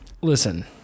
listen